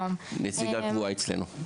נציגה קבועה אצלנו.